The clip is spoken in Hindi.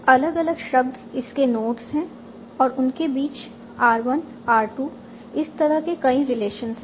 अलग अलग शब्द इस के नोड्स है और उनके बीच r1 r2 इस तरह के कई रिलेशंस हैं